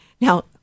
now